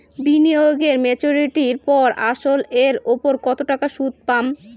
বিনিয়োগ এ মেচুরিটির পর আসল এর উপর কতো টাকা সুদ পাম?